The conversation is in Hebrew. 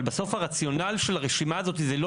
אבל בסוף הרציונל של הרשימה הזאת זה לא